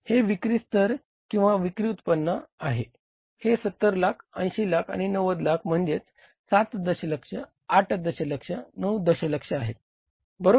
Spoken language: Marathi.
हे विक्री स्तर किंवा विक्री उत्पन्न आहे हे 70 लाख 80 लाख आणि नंतर 90 लाख म्हणजेच 7 दशलक्ष 8 दशलक्ष 9 दशलक्ष आहेत बरोबर